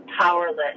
powerless